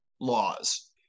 laws